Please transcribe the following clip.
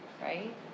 Right